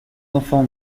enfants